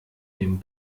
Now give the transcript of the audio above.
dem